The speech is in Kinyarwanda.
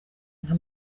nka